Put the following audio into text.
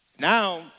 Now